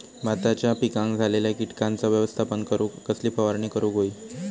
भाताच्या पिकांक झालेल्या किटकांचा व्यवस्थापन करूक कसली फवारणी करूक होई?